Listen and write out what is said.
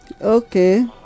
Okay